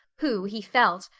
who, he felt,